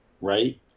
right